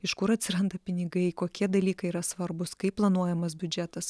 iš kur atsiranda pinigai kokie dalykai yra svarbūs kaip planuojamas biudžetas